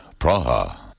Praha